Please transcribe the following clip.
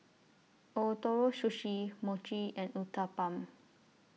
Ootoro Sushi Mochi and Uthapam